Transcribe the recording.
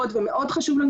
עמוקה ומאוד מאוד קשה.